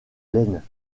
laine